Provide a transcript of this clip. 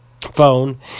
phone